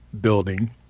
building